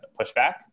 pushback